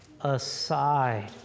aside